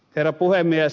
herra puhemies